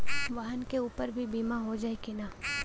वाहन के ऊपर भी बीमा हो जाई की ना?